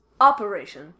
Operation